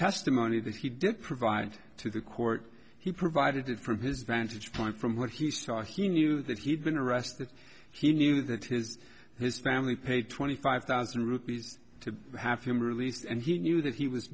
testimony that he did provide to the court he provided it from his vantage point from what he saw he knew that he'd been arrested he knew that his his family paid twenty five thousand rupees to have him released and he knew that he was